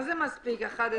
בקושי מספיק.